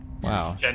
Wow